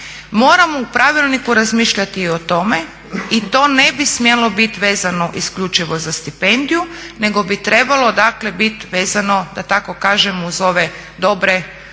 morao u pravilniku razmišljati i o tome i to ne bi smjelo bit vezano isključivo za stipendiju nego bi trebalo dakle bit vezano da tako kažem uz ove dobre